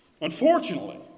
Unfortunately